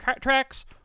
Tracks